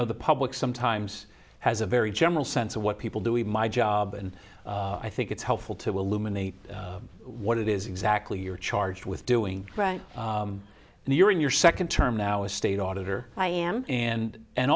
know the public sometimes has a very general sense of what people do my job and i think it's helpful to a lumen the what it is exactly you're charged with doing right and you're in your second term now a state auditor i am and and